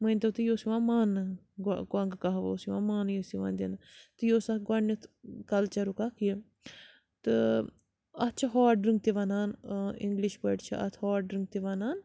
مٲنۍ تو تُہۍ یہِ اوس یِوان مانٛنہٕ گۄ کۄنٛگہٕ کَہوٕ اوس یِوان مانٛنہٕ یہِ اوس یِوان دِنہٕ تہِ یہِ اوس اَکھ گۄڈٕنٮ۪تھ کَلچَرُک اَکھ یہِ تہٕ اَتھ چھِ ہوٹ ڈرٛنٛک تہِ وَنان اِنٛگلِش پٲٹھۍ چھِ اَتھ ہوٹ ڈرٛنٛک تہِ